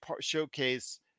showcase